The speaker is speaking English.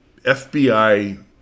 FBI